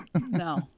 No